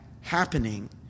happening